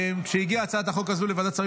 כשהגיעה הצעת החוק הזו לוועדת שרים